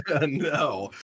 no